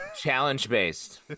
challenge-based